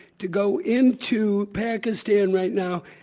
to go into pakistan right now,